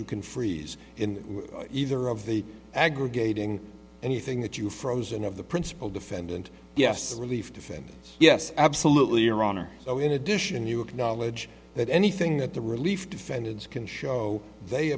you can freeze in either of the aggregating anything that you frozen of the principal defendant yes relief defendants yes absolutely your honor so in addition you acknowledge that anything that the relief defendants can show they